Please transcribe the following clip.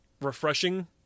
refreshing